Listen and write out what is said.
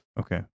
Okay